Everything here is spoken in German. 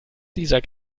dieser